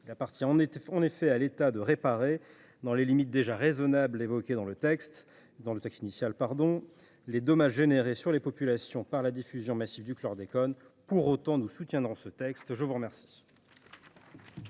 Il appartient en effet à l’État de réparer, dans les limites déjà raisonnables posées dans le texte initial, les dommages subis par les populations du fait de la diffusion massive du chlordécone. Pour autant, nous soutiendrons ce texte. La parole